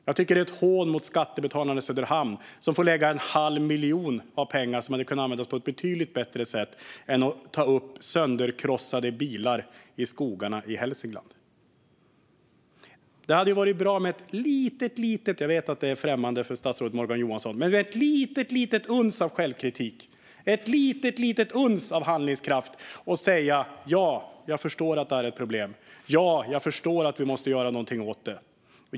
Jag tycker att det är ett hån mot skattebetalarna i Söderhamn som får lägga en halv miljon, av pengar som hade kunnat användas på ett betydligt bättre sätt, på att ta bort sönderslagna bilar från skogarna i Hälsingland. Jag vet att det är främmande för statsrådet Morgan Johansson, men det hade varit bra om han haft ett litet uns av självkritik och visat ett litet uns av handlingskraft genom att säga: Ja, jag förstår att det här är ett problem. Ja, jag förstår att vi måste göra något åt det.